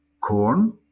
corn